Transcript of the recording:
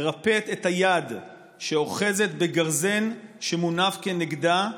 מרפאת את היד שאוחזת בגרזן שמונף כנגדה,